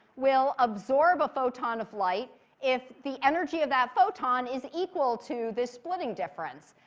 will absorb a photon of light if the energy of that photon is equal to this splitting difference.